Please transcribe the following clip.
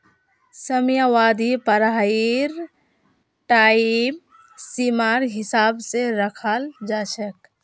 समयावधि पढ़ाईर टाइम सीमार हिसाब स रखाल जा छेक